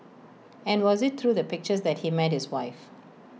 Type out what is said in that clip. and was IT through the pictures that he met his wife